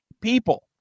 people